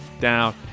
down